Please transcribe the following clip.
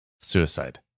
Suicide